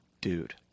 dude